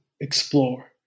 explore